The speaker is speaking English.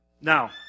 Now